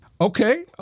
Okay